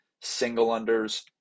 single-unders